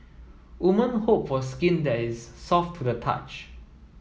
woman hope for skin that is soft to the touch